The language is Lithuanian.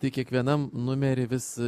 tai kiekvienam numerį vis